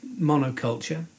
monoculture